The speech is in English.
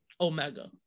Omega